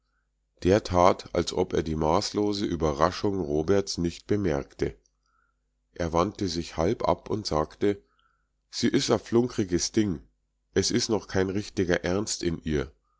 der tat als ob er die maßlose überraschung roberts nicht bemerke er wandte sich halb ab und sagte sie is a flunkriges ding es is noch kein richtiger ernst in ihr